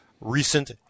recent